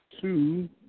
two